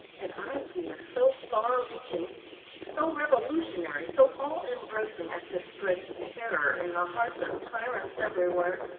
an idea so far-reaching, so revolutionary, so all-embracing as to spread terror in the hearts of tyrants everywhere.